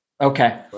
Okay